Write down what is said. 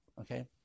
Okay